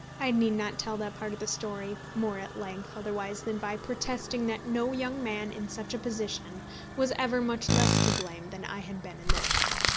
i need not tell that part of the story more at length, otherwise than by protesting that no young man in such a position was ever much less to blame than i had been in this.